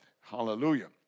Hallelujah